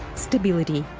stability,